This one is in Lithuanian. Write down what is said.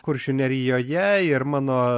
kuršių nerijoje ir mano